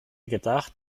gedacht